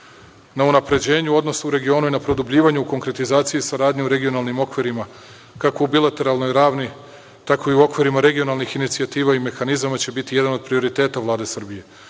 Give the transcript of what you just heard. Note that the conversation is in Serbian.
na unapređenju odnosa u regionu i na produbljivanju i konkretizaciji saradnje u regionalnim okvirima, kako u bilateralnoj ravni, tako i u okviru regionalnih inicijativa i mehanizama će biti jedan od prioriteta Vlade Srbije.U